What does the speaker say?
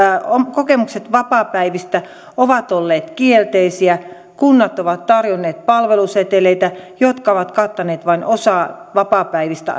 kokemukset vapaapäivistä ovat olleet kielteisiä kunnat ovat tarjonneet palveluseteleitä jotka ovat kattaneet vain osan vapaapäivistä